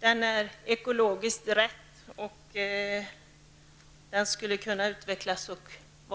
Den är ekologiskt rätt och den skulle kunna utvecklas och bli